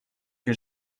que